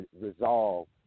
resolve